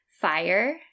fire